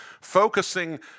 focusing